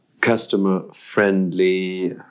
customer-friendly